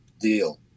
deal